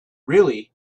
really